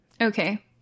Okay